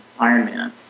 Ironman